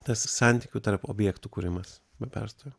tas santykių tarp objektų kūrimas be perstojo